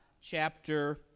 chapter